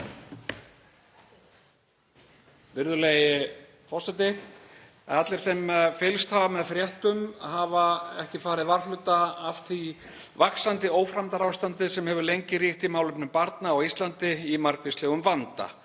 Virðulegi forseti. Allir sem fylgst hafa með fréttum hafa ekki farið varhluta af því vaxandi ófremdarástandi sem hefur lengi ríkt í málefnum barna á Íslandi í margvíslegum vanda.